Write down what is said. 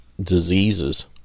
diseases